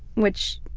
which